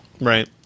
Right